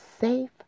safe